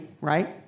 right